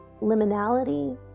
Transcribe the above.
liminality